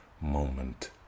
moment